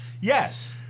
Yes